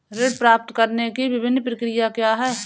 ऋण प्राप्त करने की विभिन्न प्रक्रिया क्या हैं?